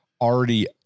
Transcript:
already